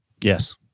Yes